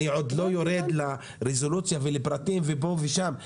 אני עוד לא יורד לרזולוציה ולפרטים ופה ושם.